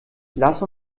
lass